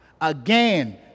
Again